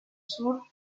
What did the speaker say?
sur